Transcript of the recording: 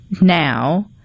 now